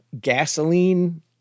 Gasoline